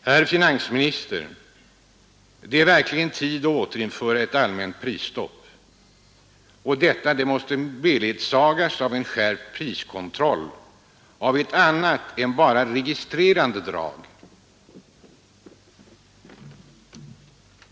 Herr finansminister! Det är verkligen tid att återinföra ett allmänt prisstopp. Och detta måste beledsagas av en skärpt priskontroll av ett annat än bara registrerande slag.